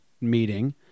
meeting